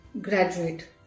graduate